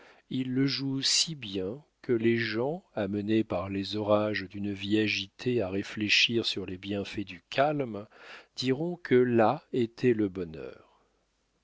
il le joue si bien que les gens amenés par les orages d'une vie agitée à réfléchir sur les bienfaits du calme diront que là était le bonheur